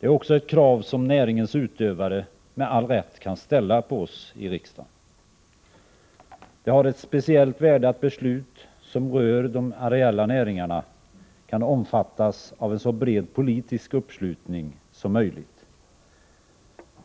Det är också ett krav som näringens utövare med all rätt kan ställa på oss i riksdagen. Det har ett speciellt värde att beslut som rör de areella näringarna kan omfattas av en så bred politisk uppslutning som möjligt.